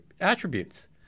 attributes